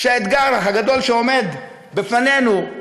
שהאתגר הגדול שעומד לפנינו,